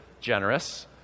generous